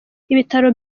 ibitaro